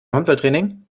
handballtraining